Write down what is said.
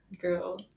girl